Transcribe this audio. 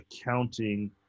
accounting